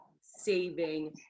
saving